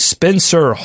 Spencer